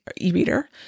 e-reader